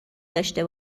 داشته